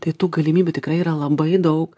tai tų galimybių tikrai yra labai daug